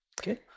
Okay